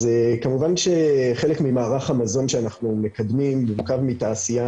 אז כמובן שחלק ממערך המזון שאנחנו מקדמים מורכב מתעשייה